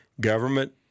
government